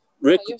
Rick